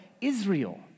Israel